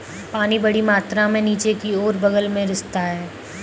पानी बड़ी मात्रा में नीचे की ओर और बग़ल में रिसता है